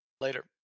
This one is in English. Later